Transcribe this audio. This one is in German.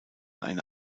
eine